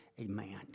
amen